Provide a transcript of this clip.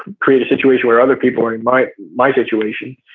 create a situation where other people are in my my situation.